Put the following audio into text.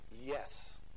yes